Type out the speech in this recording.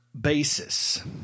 basis